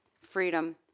freedom